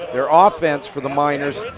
their ah offense for the miners,